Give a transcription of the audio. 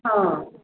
हां